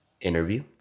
interview